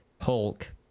hulk